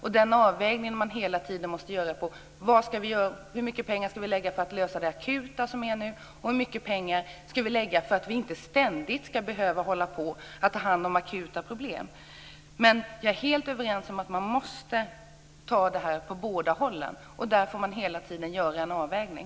Därmed måste vi hela tiden göra en avvägning av hur mycket pengar som ska läggas på att lösa det akuta och hur mycket pengar som ska avsättas för att vi inte ständigt ska behöva ta hand om akuta problem. Jag är helt överens om att vi måste se detta från både hållen. Vi måste hela tiden göra en avvägning.